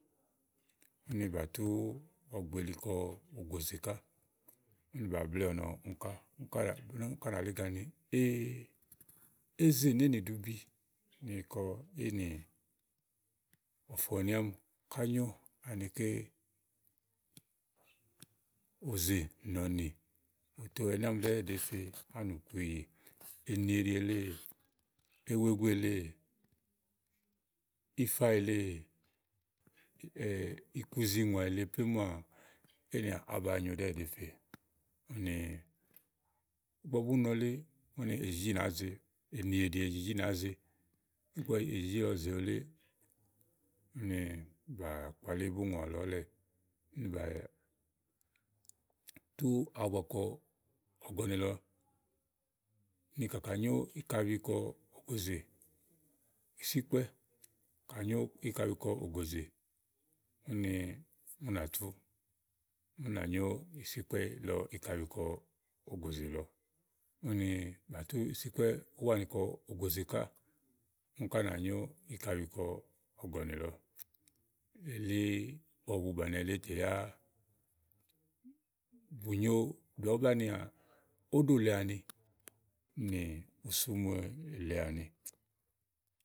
Ùni bàtù ɔ̀gbè kɔ ògòzè ká, bà bléè ɔnɔà ùni kà nà li ígani ee eyi ìí ze sònìà éyi nì ìɖubi éle ni kɔ eyi nì ɔ̀fɔ̀ni àámi kà nyo anikɛ̀ òzè nɔ̀nì òto ɛnɛ̀ àámi ɖɛɛ ɖèè fe àá nì ùku ìyì, ènì èɖi èle uku éle, ifa èle nì iku zi ŋòà èle plèmù maà, à baà nyo. Ìgbɔ bùni nɔ elé ùni èJìJì nàá ze ènìèɖi èJìJì nàá ze ùni bà kpalí bùni ìŋòwà lɔ ɔ̀lɛ̀ ùni bà tù àbua kɔ ɔ̀gɔ̀nì lɔ ni kà nyo ikabi kɔ ògòzè, ìsikpɛ́ kà nyo ìkabi kɔ ògòzè lɔ ùni bà tù ìsíkpɛ̀ ùwanì kɔ ògòzè lɔ ùni kà nà nyo ìkabi kɔ ɔ̀gɔ̀nì lɔ. Ùni ígbɔ bàni eli tè yàà bùù bàni òɖòle àni nì osumu èle àni.